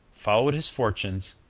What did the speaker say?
followed his fortunes,